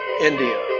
India